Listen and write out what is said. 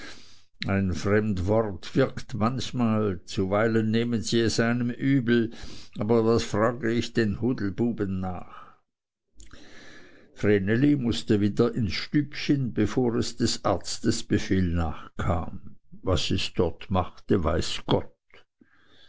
ein fremd wort wirkt manchmal zuweilen nehmen sie es einem übel aber was frage ich den hudelbuben nach vreneli mußte wieder ins stübchen bevor es des arztes befehl nachkam was es dort machte weiß gott